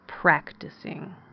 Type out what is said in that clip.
practicing